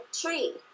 tree